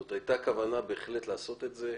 זאת הייתה הכוונה בהחלט לעשות את זה,